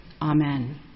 Amen